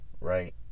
right